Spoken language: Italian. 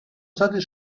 stati